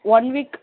one week